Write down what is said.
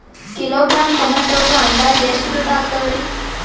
Kilogram ಟೊಮೆಟೊಕ್ಕ ಅಂದಾಜ್ ಎಷ್ಟ ದುಡ್ಡ ಅಗತವರಿ?